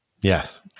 Yes